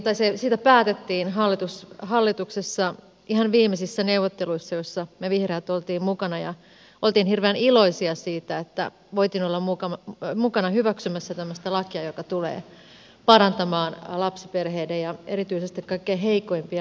tästä sosiaalihuoltolaistahan päätettiin hallituksessa ihan viimeisissä neuvotteluissa joissa me vihreät olimme mukana ja olimme hirveän iloisia siitä että voimme olla mukana hyväksymässä tämmöistä lakia joka tulee parantamaan lapsiperheiden ja erityisesti kaikkein heikoimpien asemaa